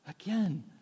Again